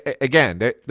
Again